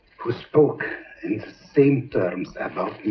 who spoke in the same terms